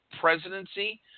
presidency